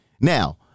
now